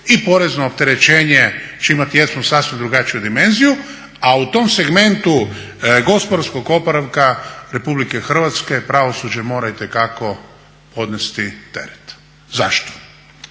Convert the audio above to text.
i porezno opterećenje će imati jednu sasvim drugačiju dimenziju. A u tom segmentu gospodarskog oporavka Republike Hrvatske pravosuđe mora itekako podnesti teret. Zašto?